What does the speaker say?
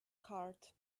heart